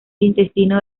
intestino